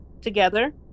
together